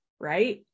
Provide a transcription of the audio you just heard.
right